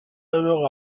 alors